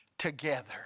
together